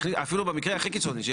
אפילו במקרה הכי קיצוני.